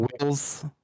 wheels